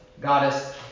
goddess